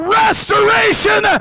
restoration